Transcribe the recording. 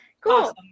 cool